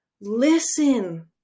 listen